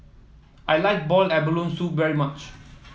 I like boil abalone soup very much